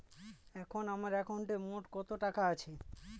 এখন আমার একাউন্টে মোট কত টাকা আছে?